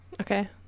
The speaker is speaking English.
Okay